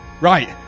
Right